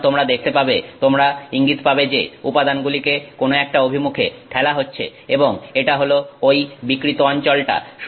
সুতরাং তোমরা দেখতে পাবে তোমরা ইঙ্গিত পাবে যে উপাদানগুলিকে কোন একটা অভিমুখে ঠেলা হচ্ছে এবং এটা হল ওই বিকৃত অঞ্চলটা